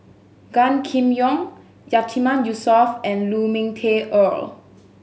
Gan Kim Yong Yatiman Yusof and Lu Ming Teh Earl